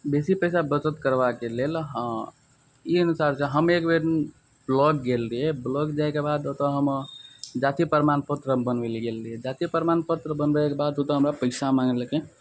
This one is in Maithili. बेसी पइसा बचत करबाके लेल हँ ई अनुसार छै हम एक बेर ब्लॉक गेल रहिए ब्लॉक जाएके बाद ओतऽ हम जाति प्रमाणपत्र हम बनबै ले गेल रहिए जाति प्रमाणपत्र बनबैके बाद ओतऽ हमरा पइसा माँगलकै